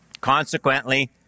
Consequently